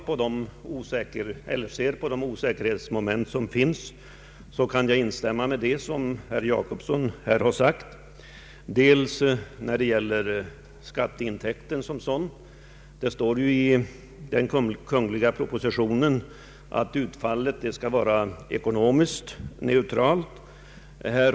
Om vi ser på de osäkerhetsmoment som finns, så kan jag instämma i vad herr Gösta Jacobsson har sagt när det gäller skatteintäkten som sådan. Det står ju i den kungl. propositionen att utfallet skall vara ekonomiskt neutralt.